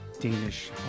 Danish